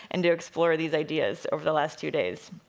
and to explore these ideas over the last two days.